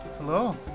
hello